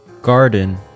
Garden